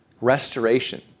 Restoration